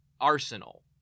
arsenal